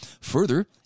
Further